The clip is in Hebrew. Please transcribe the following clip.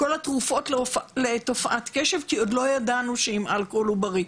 התרופות להפרעת קשב כי עוד לא ידענו שהיא עם אלכוהול עוברי.